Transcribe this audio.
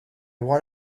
want